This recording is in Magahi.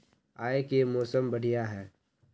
आय के मौसम बढ़िया है?